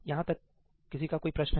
यहां तक किसी का कोई प्रश्न है